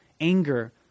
anger